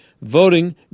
voting